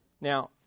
Now